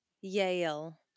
Yale